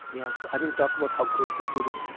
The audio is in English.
yeah so i don't talk about how great the food is,